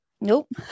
nope